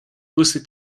você